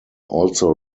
also